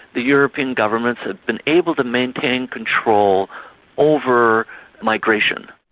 the european governments have been able to maintain control over migration.